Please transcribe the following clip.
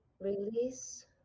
release